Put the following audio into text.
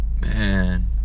man